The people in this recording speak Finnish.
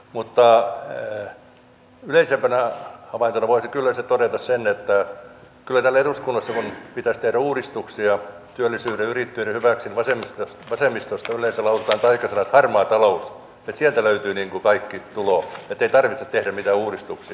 mutta yleisempänä havaintona voisi kyllä sitten todeta sen että kyllä kun täällä eduskunnassa pitäisi tehdä uudistuksia työllisyyden ja yrittäjyyden hyväksi niin vasemmistosta yleensä lausutaan taikasanat harmaa talous että sieltä löytyy niin kuin kaikki tulo ettei tarvitse tehdä mitään uudistuksia